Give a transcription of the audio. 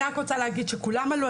אני רק רוצה להגיד שכולם עלו,